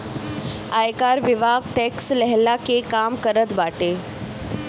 आयकर विभाग टेक्स लेहला के काम करत बाटे